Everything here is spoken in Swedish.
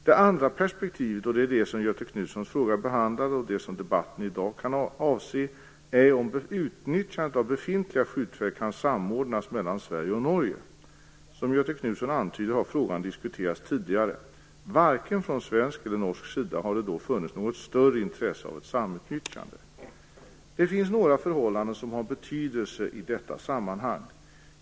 Det andra perspektivet, och det är det som Göthe Knutsons fråga behandlar och det som debatten i dag kan avse, är om utnyttjandet av befintliga skjutfält kan samordnas mellan Sverige och Norge. Som Göthe Knutson antyder har frågan diskuterats tidigare. Varken från svensk eller från norsk sida har det då funnits något större intresse av ett samutnyttjande. Det finns några förhållanden som har betydelse i detta sammanhang.